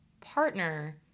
partner